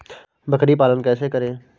बकरी पालन कैसे करें?